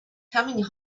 coming